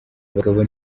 abagabo